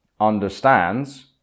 understands